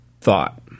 thought